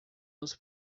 nos